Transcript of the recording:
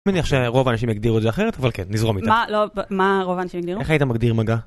מניח שרוב האנשים יגדירו את זה אחרת, אבל כן, נזרום איתך. מה רוב האנשים יגדירו? איך היית מגדיר מגע?